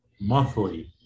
monthly